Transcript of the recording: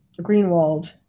Greenwald